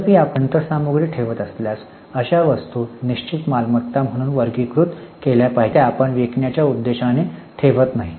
तथापि आपण यंत्रसामग्री ठेवत असल्यास अशा वस्तू निश्चित मालमत्ता म्हणून वर्गीकृत केल्या पाहिजेत कारण त्या आपण विकण्याच्या उद्देशाने ठेवत नाही